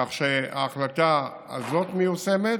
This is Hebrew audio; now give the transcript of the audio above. כך שההחלטה הזאת מיושמת.